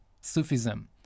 Sufism